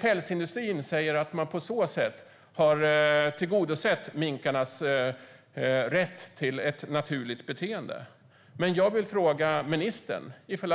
Pälsindustrin säger att man på så sätt har tillgodosett minkarnas rätt till ett naturligt beteende. Men jag vill fråga ministern ifall